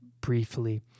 briefly